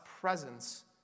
presence